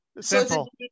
Simple